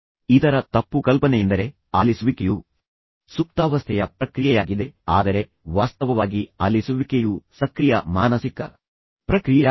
ಇತರ ತಪ್ಪು ಕಲ್ಪನೆಯೆಂದರೆ ಆಲಿಸುವಿಕೆಯು ಸುಪ್ತಾವಸ್ಥೆಯ ಪ್ರಕ್ರಿಯೆಯಾಗಿದೆ ಆದರೆ ವಾಸ್ತವವಾಗಿ ಆಲಿಸುವಿಕೆಯು ಸಕ್ರಿಯ ಮಾನಸಿಕ ಪ್ರಕ್ರಿಯೆಯಾಗಿದೆ